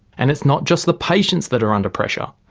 and it's not just the patients that are under pressure,